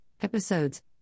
Episodes